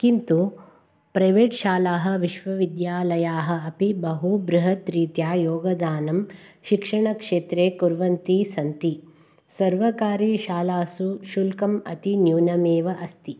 किन्तु प्रैवेट् शालाः विश्वविद्यालयाः अपि बहु बृहत् रीत्या योगदानं शिक्षणक्षेत्रे कुर्वती सन्ति सर्वकारी शालासु शुल्कम् अति न्यूनमेव अस्ति